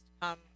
come